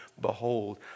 Behold